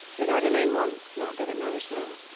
it had a name once, not that it matters now.